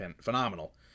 phenomenal